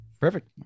Perfect